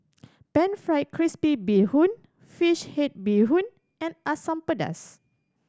Pan Fried Crispy Bee Hoon fish head bee hoon and Asam Pedas